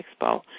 Expo